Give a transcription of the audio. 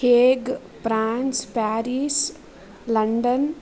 ಕೇಗ್ France Paris London